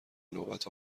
نوبت